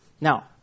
Now